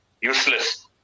useless